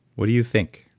what do you think?